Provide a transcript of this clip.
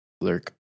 lurk